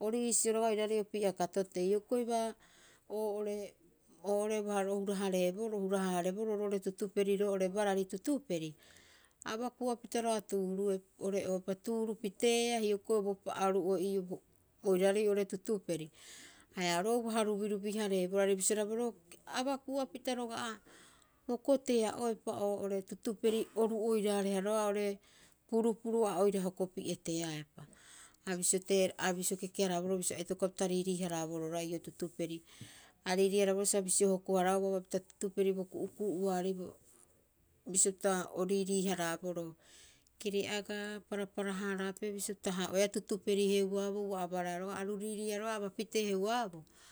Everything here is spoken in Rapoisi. Ori iisio roga'a oiraarei opii'a katotei. Hioko'i baa oo'ore oo'ore uaha ro hura- haareboroo hura- haareboroo ro'ore tutuperi roo'ore barari tutuperi. A abakua pita rogaa tuurue oreoopita tuuru piteea hiokoi bopa'a oru'oo ii'oo. Oiraarei oo'ore tutuperi. Haia oru oo uaha rubirubihareeboro are bisio haraaboroo, abakua pita roga'a hoko tea'oepa oo'ore tutuperi. Oru oiraareha roga'a oo'ore purupuru a oira hokopi'e teaepa. A bisio tee, a bisio kekeharaboro bisio a itokopapita riiriiharaboroo rogaa ii'oo tutuperi. A riirii- haraaboro sa bisio hooko haraau baba pita tutuperi bo kutuku'uaarei bisio pita o riirii haraboroo. Kere'agaa parapara- haraape bisio pitahaa'oea tutuperi heuabo ua abaraea roga'a. Aru riiriiaa roga'a abapitee heuabo.